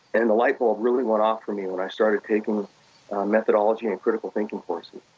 and a light bulb really went off from me when i started taking methodology and critical thinking courses.